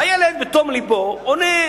הילד, בתום לב, עונה,